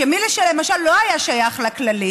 הוא שמי שלמשל לא היה שייך לכללית